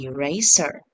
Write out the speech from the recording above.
Eraser